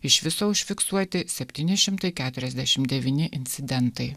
iš viso užfiksuoti septyni šimtai keturiasdešimt devyni incidentai